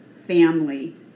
family